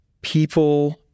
people